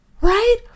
right